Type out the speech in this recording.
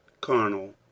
carnal